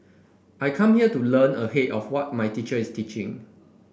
I come here to learn ahead of what my teacher is teaching